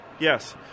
Yes